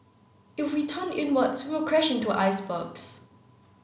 if we turn inwards we'll crash into icebergs